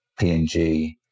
PNG